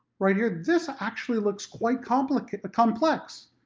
right here, this actually looks quite complicated complex!